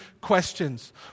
questions